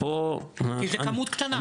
כי זה כמות קטנה.